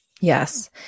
Yes